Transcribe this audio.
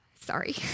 sorry